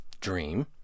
dream